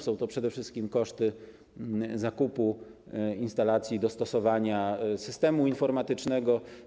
Są to przede wszystkim koszty zakupu instalacji, dostosowania systemu informatycznego.